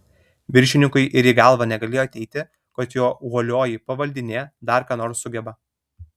viršininkui ir į galvą negalėjo ateiti kad jo uolioji pavaldinė dar ką nors sugeba